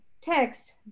text